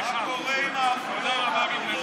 מה קורה עם, מה קורה?